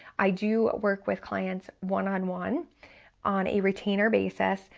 i do work with clients one on one on a retainer basis,